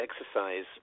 exercise